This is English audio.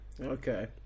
okay